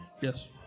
Yes